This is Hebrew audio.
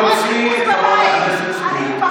אני ביקשתי להוציא את חברת הכנסת סטרוק.